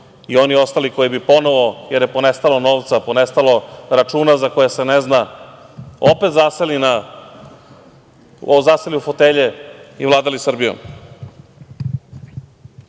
i oni ostali koji bi ponovo, jer je ponestalo novca, ponestalo računa za koje se ne zna. Opet bi zaseli u fotelje i vladali Srbijom. Da